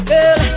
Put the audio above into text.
Girl